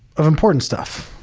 of important stuff.